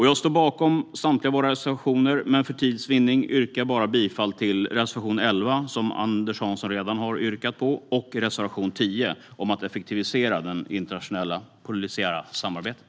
Jag står bakom samtliga våra reservationer, men för tids vinnande yrkar jag bifall bara till reservation 11, som Anders Hansson redan har yrkat bifall till, och reservation 10 om att effektivisera det internationella polisiära samarbetet.